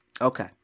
Okay